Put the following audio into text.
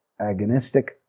agonistic